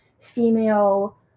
female